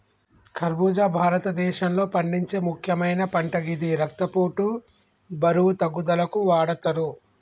ఖర్బుజా భారతదేశంలో పండించే ముక్యమైన పంట గిది రక్తపోటు, బరువు తగ్గుదలకు వాడతరు